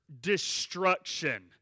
destruction